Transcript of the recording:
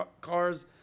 cars